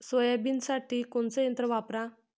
सोयाबीनसाठी कोनचं यंत्र वापरा?